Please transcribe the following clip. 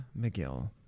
McGill